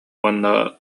уонна